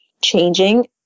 changing